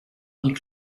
nick